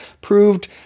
proved